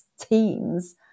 teams